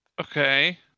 Okay